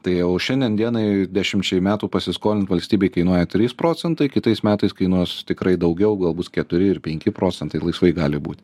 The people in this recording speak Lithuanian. tai jau šiandien dienai dešimčiai metų pasiskolint valstybei kainuoja trys procentai kitais metais kainuos tikrai daugiau galbūt keturi ir penki procentai laisvai gali būt